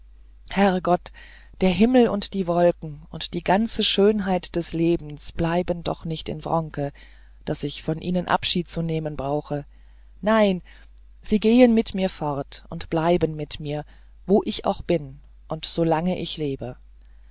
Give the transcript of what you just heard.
gott der himmel und die wolken und die ganze schönheit des lebens bleiben doch nicht in wronke daß ich von ihnen abschied zu nehmen brauchte nein sie gehen mit mir fort und bleiben mit mir wo ich auch bin und so lange ich lebe